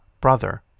brother